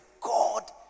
God